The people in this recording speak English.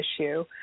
issue